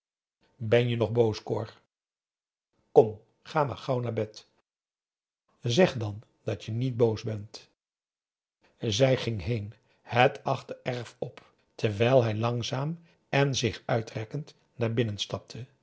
ben je nog boos cor kom ga maar naar bed zeg dan dat je niet boos bent zij ging heen het achtererf op terwijl hij langzaam en zich uitrekkend naar binnen